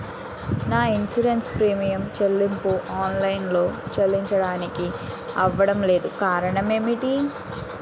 నా insurance premium చెల్లింపు online లో చెల్లించడానికి అవ్వడం లేదు కారణం ఏమిటి?